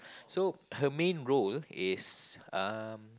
so her main role is um